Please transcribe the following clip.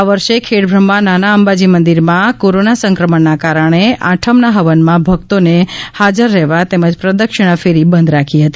આ વર્ષે ખેડબ્રહ્મા નાના અંબાજી મંદિરમાં કોરોના સંક્રમણના કારણે આઠમના હવનમાં ભક્તોને હાજર રહેવા તેમજ પ્રદક્ષિણા ફેરી બંધ રાખી હતી